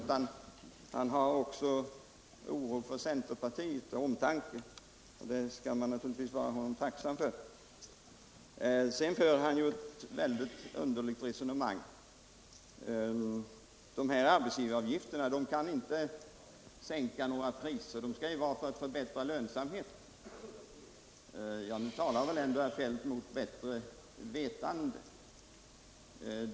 Herr talman! Herr Feldt oroar sig nu inte bara för den ekonomiska utvecklingen, utan han oroar sig också för centerpartiet, och den omtanken borde jag kanske vara tacksam för. Det var ett väldigt underligt resonemang herr Feldt förde. Avskaffandet av arbetsgivaravgiften kan inte sänka några priser, för den åtgärden vidtas ju för att förbättra lönsamheten, säger han. Då talar väl herr Feldt mot bättre vetande.